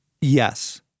yes